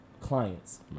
clients